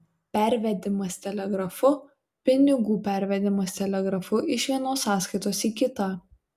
pervedimas telegrafu pinigų pervedimas telegrafu iš vienos sąskaitos į kitą